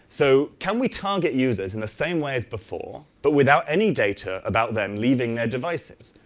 so can we target users in the same way as before, but without any data about them leaving their devices?